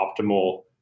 optimal